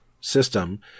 system